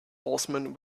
horsemen